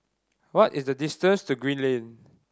what is the distance to Green Lane